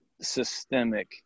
systemic